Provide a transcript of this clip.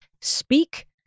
speak